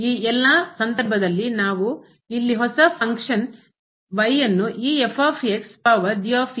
ಈ ಎಲ್ಲಾ ಸಂದರ್ಭಗಳಲ್ಲಿ ನಾವು ಇಲ್ಲಿ ಹೊಸ function ಕಾರ್ಯ y ನ್ನು ಈ power ಎಂದು ಪರಿಗಣಿಸುತ್ತೇವೆ